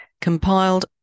compiled